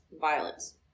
Violence